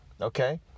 Okay